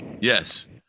Yes